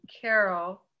Carol